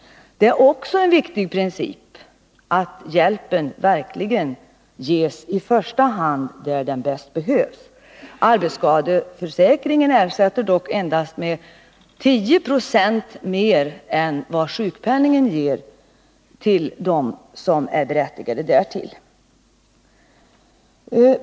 Det är också en viktig princip — att hjälpen i första hand ges där den verkligen bäst behövs. Arbetsskadeförsäkringen ersätter dock endast med 10 96 mer än sjukpenningen ger dem som är berättigade därtill.